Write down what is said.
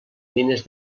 mines